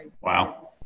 Wow